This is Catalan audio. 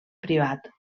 privat